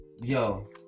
Yo